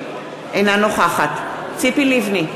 אינה נוכחת ציפי לבני,